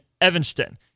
Evanston